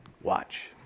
Watch